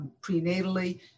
prenatally